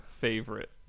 favorite